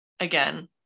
Again